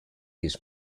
his